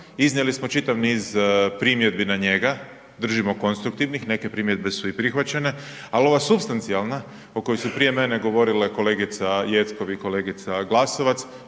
iznijeli smo čitav niz primjedbi na njega, držimo konstruktivnih, neke primjedbe su i prihvaćene ali ova supstancijalna o kojoj su prije mene govorile kolegica Jeckov i kolegica Glasovac,